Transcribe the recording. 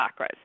chakras